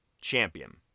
champion